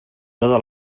tota